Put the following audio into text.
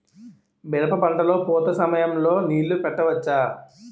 మిరప పంట లొ పూత సమయం లొ నీళ్ళు పెట్టవచ్చా?